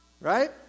Right